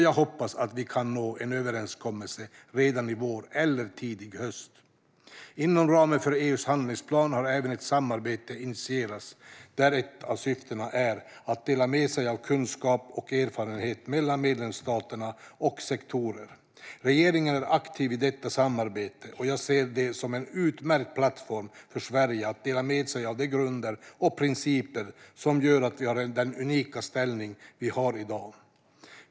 Jag hoppas att vi kan nå en överenskommelse redan i vår eller under tidig höst. Inom ramen för EU:s handlingsplan har även ett samarbete initierats där ett av syftena är att dela med sig av kunskaper och erfarenheter mellan medlemsstater och sektorer. Regeringen är aktiv i detta samarbete, och jag ser det som en utmärkt plattform för Sverige att dela med sig av de grunder och principer som gör att vi har den unika ställning vi har i dag.